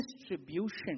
distribution